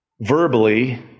verbally